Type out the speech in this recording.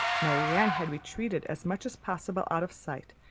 marianne had retreated as much as possible out of sight,